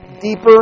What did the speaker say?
deeper